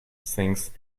things